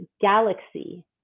galaxy